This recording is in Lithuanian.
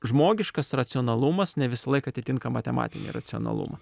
žmogiškas racionalumas ne visąlaik atitinka matematinį racionalumą